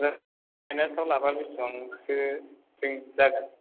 फाइनान्सआव लाबा बेसेबांसो जागोन